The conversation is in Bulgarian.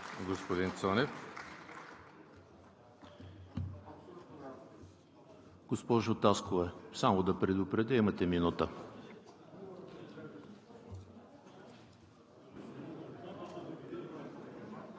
господин Цонев. Госпожо Таскова, само да Ви предупредя – имате минута.